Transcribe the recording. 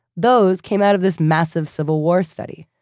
those came out of this massive civil war study.